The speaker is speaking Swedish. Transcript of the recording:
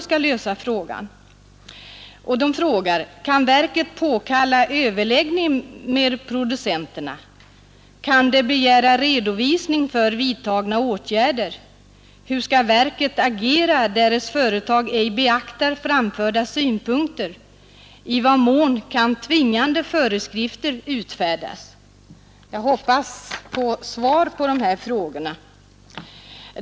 Skall verket påkalla överläggning med producenterna? Kan det begära redovisning av vidtagna åtgärder? Hur skall verket agera där företag ej beaktar framförda synpunkter? I vad mån kan tvingande föreskrifter utfärdas? Jag hoppas nu på svar på dessa frågor.